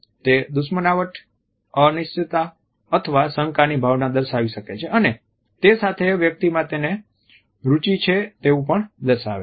તે દુશ્મનાવટ અનિશ્ચિતતા અથવા શંકાની ભાવના દર્શાવી શકે છે અને તે સાથે વ્યક્તિમાં તેને રુચિ છે તેવું પણ દર્શાવે છે